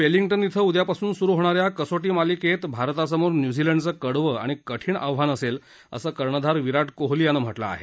Wellington इथं उद्यापासून स्रू होणाऱ्या कसोटी मालिकेत भारतासमोर न्य्झीलंडचं कडवं आणि कठीण आव्हान असेल असं कर्णधार विराट कोहली यानं म्हटलं आहे